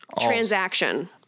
transaction